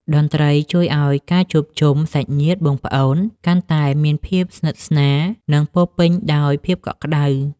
តន្ត្រីជួយឱ្យការជួបជុំសាច់ញាតិបងប្អូន កាន់តែមានភាពស្និទ្ធស្នាល និងពោរពេញដោយភាពកក់ក្ដៅ។